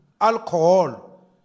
Alcohol